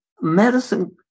medicine